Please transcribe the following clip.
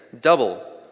double